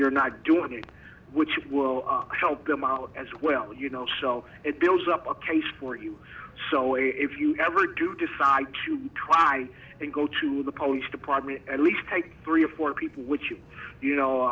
you're not doing it which will help them out as well you know so it builds up a case for you so if you ever do decide to try and go to the police department at least take three or four people with you